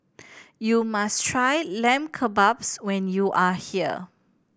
you must try Lamb Kebabs when you are here